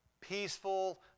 peaceful